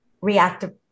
reactive